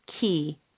key